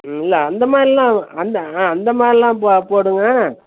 ம் இல்லை அந்த மாதிரில்லாம் அந்த ஆ அந்த மாதிரில்லாம் ப போடுங்கள்